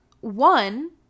one